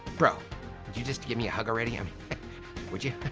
bro, would you just give me a hug already? um would you?